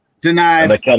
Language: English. Denied